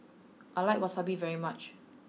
I like Wasabi very much